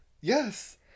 yes